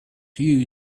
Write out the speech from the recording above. you